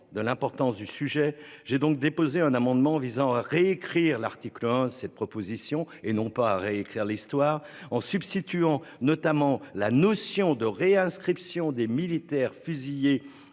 de l'importance du sujet. J'ai donc déposé un amendement visant à réécrire l'article 1. Cette proposition et non pas à réécrire l'histoire en substituant notamment la notion de réinscription des militaires fusillés